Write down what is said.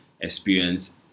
experience